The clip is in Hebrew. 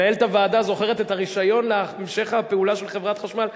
מנהלת הוועדה זוכרת את הרשיון להמשך הפעולה של חברת חשמל,